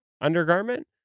undergarment